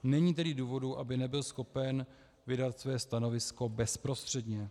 Není tedy důvodu, aby nebyl schopen vydat své stanovisko bezprostředně.